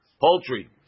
poultry